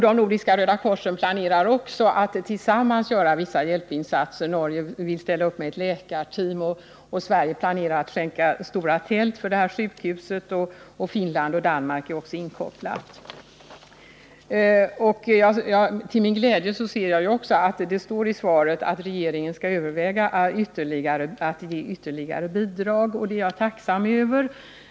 De nordiska Rödakorsorganisationerna planerar också att tillsammans göra vissa hjälpinsatser: Norge vill ställa upp med ett läkarteam, Sverige planerar att skänka stora tält för sjukhuset, och även Finland och Danmark är inkopplade. Till min glädje ser jag också att det står i svaret att regeringen skall överväga att ge ytterligare bidrag. Det är jag tacksam över.